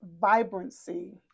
vibrancy